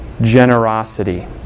generosity